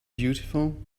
beautiful